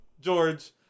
George